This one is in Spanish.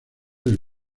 del